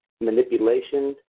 manipulation